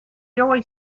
joey